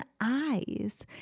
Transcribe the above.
eyes